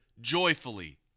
joyfully